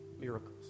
miracles